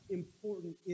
important